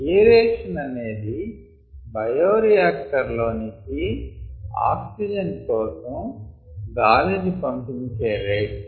aeration అనేది bioreactor లోనికి oxygen కోసం గాలిని పంపించే రేట్